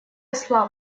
слаб